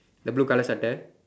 the blue colour sweater